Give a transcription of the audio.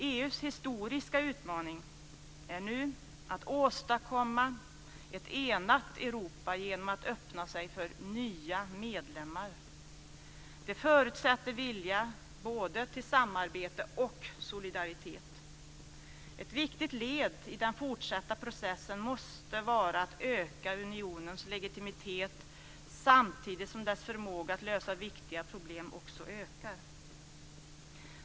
EU:s historiska utmaning är nu att åstadkomma ett enat Europa genom att öppna sig för nya medlemmar. Det förutsätter vilja både till samarbete och solidaritet. Ett viktigt led i den fortsatta processen måste vara att öka unionens legitimitet samtidigt som dess förmåga att lösa viktiga problem också ökar.